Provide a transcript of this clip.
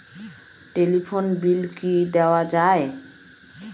Telephone bill কি দেওয়া যায়?